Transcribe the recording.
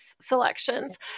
selections